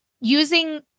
using